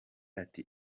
ati